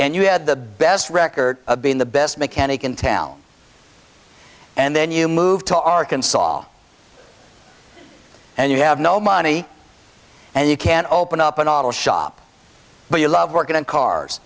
and you had the best record of being the best mechanic in town and then you move to arkansas and you have no money and you can't open up an auto shop but you love working on cars